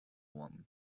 one